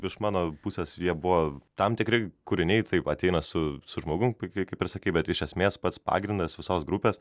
iš mano pusės jie buvo tam tikri kūriniai taip ateina su su žmogum tai kaip ir sakei bet iš esmės pats pagrindas visos grupės